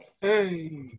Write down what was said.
Hey